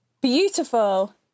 beautiful